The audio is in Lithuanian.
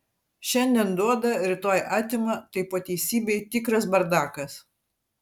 šiandien duoda rytoj atima tai po teisybei tikras bardakas